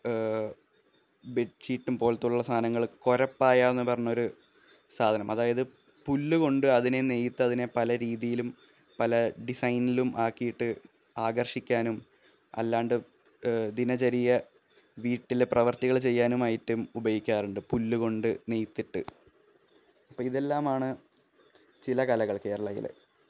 bed ഷീറ്റും പോലത്തുള്ള സാധനങ്ങള് കൊരപ്പായാന്ന് പറഞ്ഞൊരു സാധനം അതായത് പുല്ലുകൊണ്ട് അതിനെ നെയ്ത് അതിനെ പല രീതിയിലും പല ഡിസൈനിലും ആക്കിയിട്ട് ആകര്ഷിക്കാനും അല്ലാണ്ട് ദിനചര്യ വീട്ടിലെ പ്രവര്ത്തികള് ചെയ്യാനുമായിട്ടും ഉപയോഗിക്കാറുണ്ട് പുല്ലുകൊണ്ട് നെയ്തിട്ട് അപ്പോള് ഇതെല്ലാമാണ് ചില കലകള് കേരളയിലെ